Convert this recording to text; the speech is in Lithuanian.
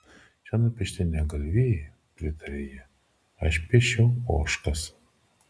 čia nupiešti ne galvijai pratarė ji aš piešiau ožkas